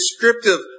descriptive